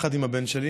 יחד עם הבן שלי.